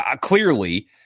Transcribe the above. clearly